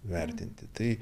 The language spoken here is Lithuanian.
vertinti tai